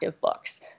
books